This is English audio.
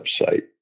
website